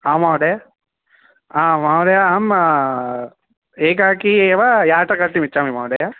महोदय महोदय अहम् एकाकी एव यात्रा कर्तुमिच्छामि महोदय